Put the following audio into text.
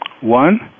one